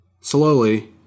Slowly